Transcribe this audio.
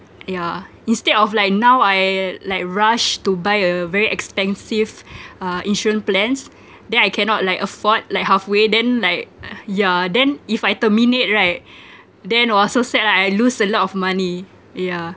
yeah instead of like now I like rush to buy a very expensive uh insurance plans then I cannot like afford like halfway then like yeah then if I terminate right then !wah! so sad lah I lose a lot of money yeah